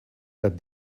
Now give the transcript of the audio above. that